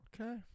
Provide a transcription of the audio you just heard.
okay